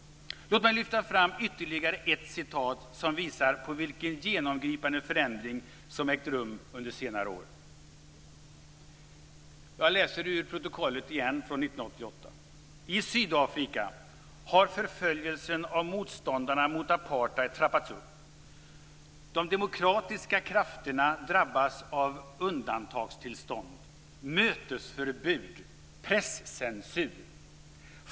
Låt mig lyfta fram ytterligare ett citat som visar på vilken genomgripande förändring som ägt rum under senare år. Jag läser ur protokollet från 1988: "I Sydafrika har förföljelsen av motståndarna mot apartheid trappats upp. De demokratiska krafterna drabbas av undantagstillstånd, mötesförbud och presscensur.